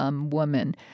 woman